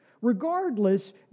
Regardless